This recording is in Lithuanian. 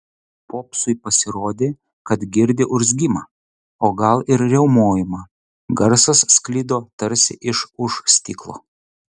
popsui pasirodė kad girdi urzgimą o gal ir riaumojimą garsas sklido tarsi iš už stiklo